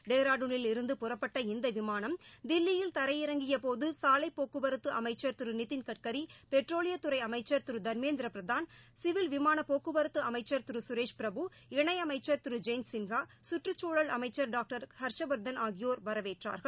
டேராடுனில் இருந்து புறப்பட்ட இந்த விமானம் தில்லியில் தரையிறங்கிய போது சாலை போக்குவரத்து அமைச்சர் திரு நிதின் கட்கரி பெட்ரோலிய துறை அமைச்சர் திரு தர்மேந்திர பிரதான் சிவில் விமான போக்குவரத்து அமைக்ச் திரு கரேஷ் பிரபு இணையமைக்ச் திரு ஜெயந்த் சின்ஹா கற்று சூழல் அமைச்சர் டாக்டர் ஹர்ஷவர்த்தன் ஆகியோர் வரவேற்றார்கள்